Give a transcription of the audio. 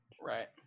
Right